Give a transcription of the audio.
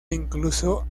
incluso